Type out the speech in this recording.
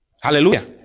Hallelujah